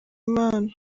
impano